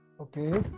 Okay